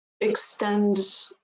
extend